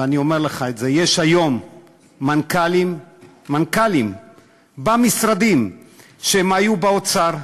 ואני אומר לך את זה: יש היום מנכ"לים במשרדים שהיו באוצר,